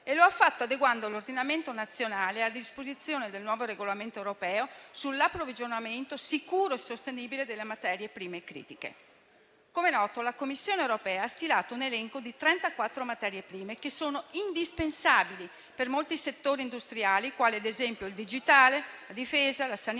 E lo ha fatto adeguando l'ordinamento nazionale a disposizioni del nuovo Regolamento europeo sull'approvvigionamento sicuro e sostenibile delle materie prime critiche. Come è noto, la Commissione europea ha stilato un elenco di 34 materie prime che sono indispensabili per molti settori industriali, quali ad esempio il digitale, la difesa, la sanità,